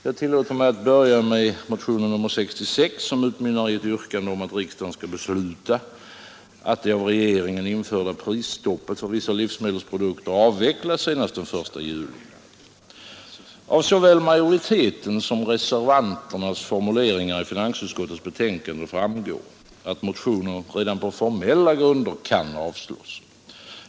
Jag tillåter mig att börja med motionen 66, som utmynnar i ett yrkande om att riksdagen skall besluta att det av regeringen införda prisstoppet för vissa livsmedelsprodukter avvecklas senast den 1 juli. Av såväl majoritetens som reservanternas formuleringar i finansutskottets betänkande framgår, att motionen redan på formella grunder kan avslås.